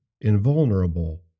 invulnerable